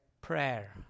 prayer